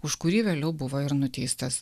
už kurį vėliau buvo ir nuteistas